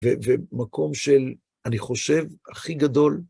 ומקום של, אני חושב, הכי גדול...